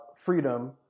freedom